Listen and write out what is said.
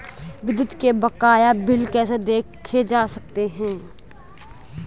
विद्युत के बकाया बिल कैसे देखे जा सकते हैं?